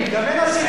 גם אין אסירים,